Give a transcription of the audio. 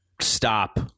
stop